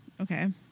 Okay